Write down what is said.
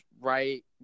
right